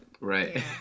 Right